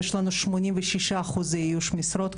יש לנו כבר 86% איוש משרות.